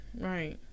right